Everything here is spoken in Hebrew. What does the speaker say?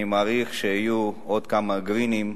אני מעריך שיהיו עוד כמה "גרינים"